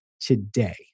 today